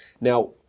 Now